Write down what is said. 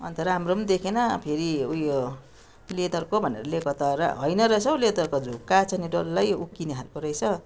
अन्त राम्रो देखे फेरि उयो लेदरको भनेर ल्याएको त रा होइन रहेछ लेदरको झुक्याएछ नि डल्लै उक्किने खालको रहेछ